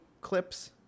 clips